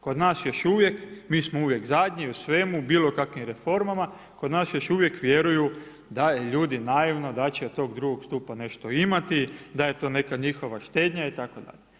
Kod nas još uvijek mi smo uvijek zadnji u svemu, bilo kakvim reformama, kod nas još uvijek vjeruju daju ljudi naivno da će od tog drugog stupa nešto imati, da je to neka njihova štednja itd.